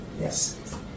Yes